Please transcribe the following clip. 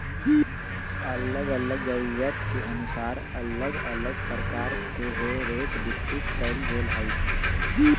अल्लग अल्लग जरूरत के अनुसार अल्लग अल्लग प्रकार के हे रेक विकसित कएल गेल हइ